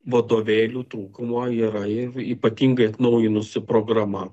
vadovėlių trūkumo yra ir ypatingai atnaujinusi programa